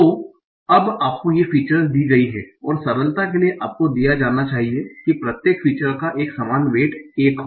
तो अब आपको ये फीचर्स दी गई हैं और सरलता के लिए आपको दिया जाना चाहिए कि प्रत्येक फीचर का एक समान वेट 1 है